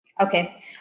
Okay